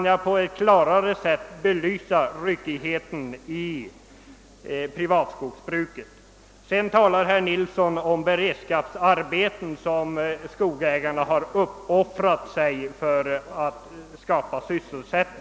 Kan jag på ett klarare sätt belysa ryckigheten inom privatskogsbruket? De privata skogsägarna har för att bereda sysselsättning uppoffrat sig — såsom herr Nilsson uttryckte det — genom att erbjuda beredskapsarbeten.